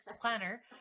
planner